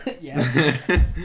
Yes